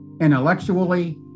intellectually